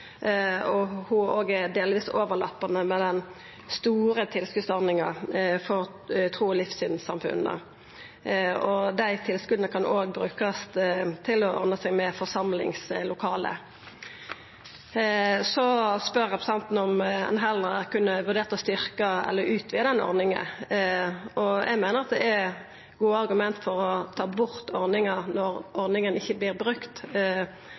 og ho er delvis overlappande med den store tilskotsordninga for trus- og livssynssamfunna. Dei tilskota kan òg brukast til å ordna seg forsamlingslokale. Representanten spør om ein heller kunne vurdert å styrkja eller utvida den ordninga. Eg meiner det er gode argument for å ta bort ordninga når ho ikkje vert brukt,